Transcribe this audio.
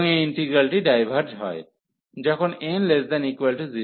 এবং এই ইন্টিগ্রালটি ডাইভার্জ হয় যখন n≤0